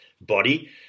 Body